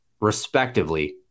respectively